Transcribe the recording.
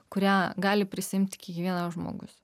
kurią gali prisiimti kiekvienas žmogus